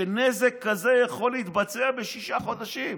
שנזק כזה יכול להתבצע בשישה חודשים.